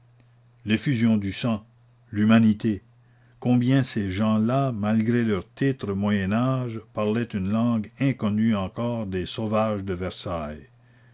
l'effusion du sang l'humanité combien ces gens-là malgré leurs titres moyen-âge parlaient une langue inconnue encore des sauvages de versailles